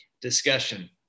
discussion